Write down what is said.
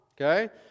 okay